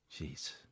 Jeez